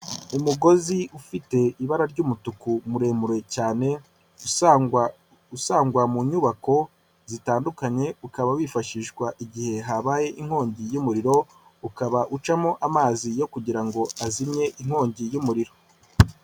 Umugozi ufite ibara ry'umutuku, muremure cyane, usangwa mu nyubako zitandukanye, ukaba wifashishwa igihe habaye inkongi y'umuriro, ukaba ucamo amazi yo kugira ngo azimye inkongi y'umuriro.